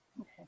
Okay